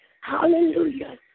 Hallelujah